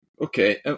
okay